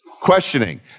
Questioning